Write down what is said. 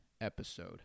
episode